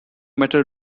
metal